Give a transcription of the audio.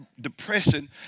depression